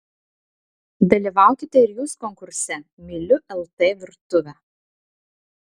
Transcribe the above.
dalyvaukite ir jūs konkurse myliu lt virtuvę